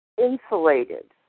insulated